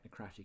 technocratic